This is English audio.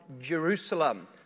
Jerusalem